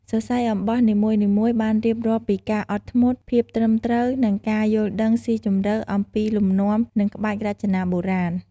សរសៃអំបោះនីមួយៗបានរៀបរាប់ពីការអត់ធ្មត់ ភាពត្រឹមត្រូវ និងការយល់ដឹងស៊ីជម្រៅអំពីលំនាំ និងក្បាច់រចនាបុរាណ។